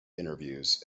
interviews